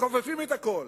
מכופפים את הכול.